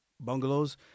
bungalows